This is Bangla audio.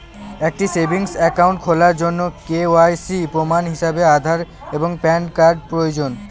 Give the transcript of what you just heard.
একটি সেভিংস অ্যাকাউন্ট খোলার জন্য কে.ওয়াই.সি প্রমাণ হিসাবে আধার এবং প্যান কার্ড প্রয়োজন